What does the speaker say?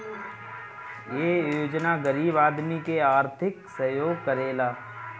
इ योजना गरीब आदमी के आर्थिक सहयोग करेला